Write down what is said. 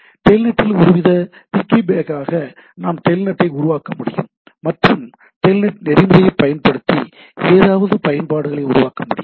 டெல்நெட்டில் ஒருவித பிக்கிபேக்காக நான் டெல்நெட்டை உருவாக்க முடியும் மற்றும் டெல்நெட் நெறிமுறையைப் பயன்படுத்தி வெவ்வேறு பயன்பாடுகளை உருவாக்க முடியும்